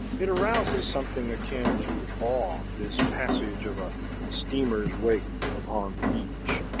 it arouses something akin to awe, this passage of a steamer's wake upon the beach,